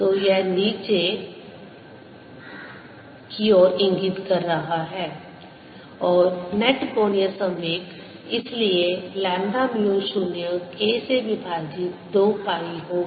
तो यह नीचे नीचे की ओर इंगित कर रहा है और नेट कोणीय संवेग इसलिए लैम्ब्डा म्यू 0 K से विभाजित 2 पाई होगा